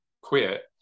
quit